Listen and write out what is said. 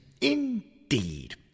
Indeed